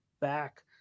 back